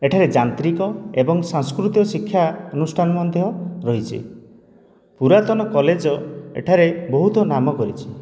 ଏଠାରେ ଯାନ୍ତ୍ରିକ ଏବଂ ସାଂସ୍କୃତିକ ଶିକ୍ଷା ଅନୁଷ୍ଠାନ ମଧ୍ୟ ରହିଛି ପୁରାତନ କଲେଜ ଏଠାରେ ବହୁତ ନାମ କରିଛି